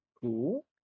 Cool